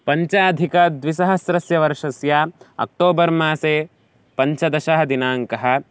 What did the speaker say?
पञ्चाधिकद्विसहस्रस्य वर्षस्य अक्टोबर्मासे पञ्चदशः दिनाङ्कः